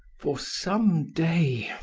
for some day,